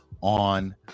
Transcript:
on